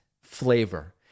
flavor